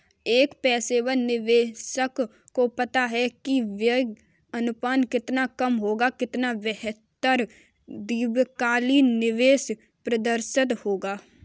एक पेशेवर निवेशक को पता है कि व्यय अनुपात जितना कम होगा, उतना बेहतर दीर्घकालिक निवेश प्रदर्शन होगा